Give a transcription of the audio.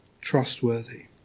trustworthy